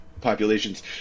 populations